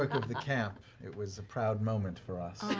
like of the camp. it was a proud moment for us,